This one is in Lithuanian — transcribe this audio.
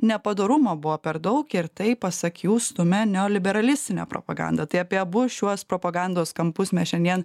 nepadorumo buvo per daug ir tai pasak jų stumia neoliberalistinę propagandą tai apie abu šiuos propagandos kampus mes šiandien